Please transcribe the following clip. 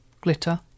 glitter